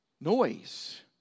noise